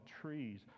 trees